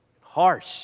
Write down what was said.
harsh